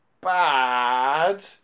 bad